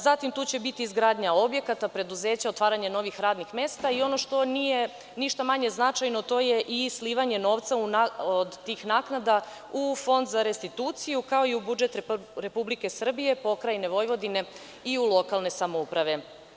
Zatim, tu će biti izgradnja objekata, preduzeća, otvaranje novih radnih mesta i ono što nije ništa manje značajno, to je i slivanje novca od tih naknada u Fond za restituciju, kao i u budžet Republike Srbije, Pokrajine Vojvodine i u lokalne samouprave.